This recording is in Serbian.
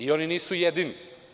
Oni nisu jedini.